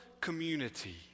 community